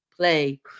play